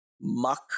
muck